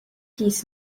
dies